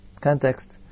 context